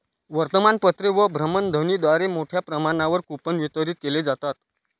वर्तमानपत्रे व भ्रमणध्वनीद्वारे मोठ्या प्रमाणावर कूपन वितरित केले जातात